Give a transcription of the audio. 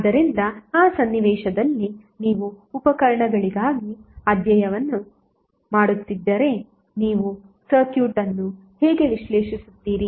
ಆದ್ದರಿಂದ ಆ ಸನ್ನಿವೇಶದಲ್ಲಿ ನೀವು ಉಪಕರಣಗಳಿಗಾಗಿ ಅಧ್ಯಯನವನ್ನು ಮಾಡುತ್ತಿದ್ದರೆ ನೀವು ಸರ್ಕ್ಯೂಟ್ ಅನ್ನು ಹೇಗೆ ವಿಶ್ಲೇಷಿಸುತ್ತೀರಿ